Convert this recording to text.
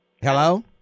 Hello